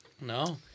No